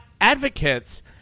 advocates